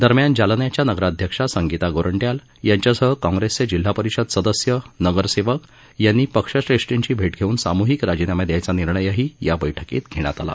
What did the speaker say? दरम्यान जालन्याच्या नगराध्यक्षा संगीता गोरंट्याल यांच्यासह काँग्रेसचे जिल्हा परिषद सदस्य नगरसेवक यांनी पक्षश्रेष्ठींची भेट घेवून सामुहिक राजीनामे दयायचा निर्णयही या बैठकीत घेण्यात आला